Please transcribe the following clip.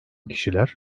kişiler